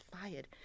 fired